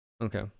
okay